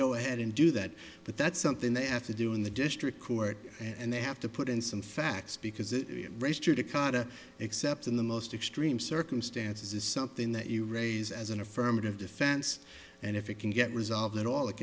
go ahead and do that but that's something they have to do in the district court and they have to put in some facts because it race judicata except in the most extreme circumstances is something that you raise as an affirmative defense and if it can get resolved at all it